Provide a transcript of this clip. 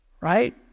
Right